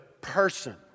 person